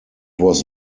was